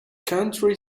county